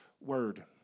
word